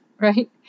right